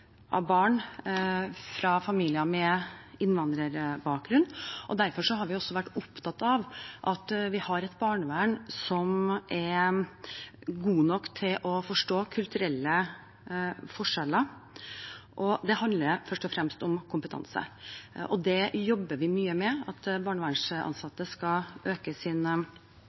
familier med innvandrerbakgrunn. Derfor har vi også vært opptatt av at vi har et barnevern som er gode nok til å forstå kulturelle forskjeller. Det handler først og fremst om kompetanse, og vi jobber mye med at barnevernsansatte skal øke